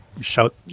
shout